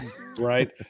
Right